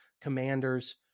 commanders